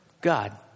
God